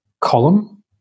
column